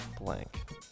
blank